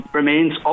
remains